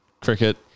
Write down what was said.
cricket